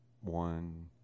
one